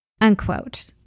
Unquote